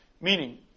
Meaning